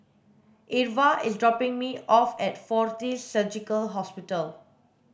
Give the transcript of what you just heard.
Irva is dropping me off at Fortis Surgical Hospital